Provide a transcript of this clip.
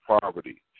poverty